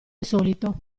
insolito